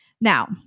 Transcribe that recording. Now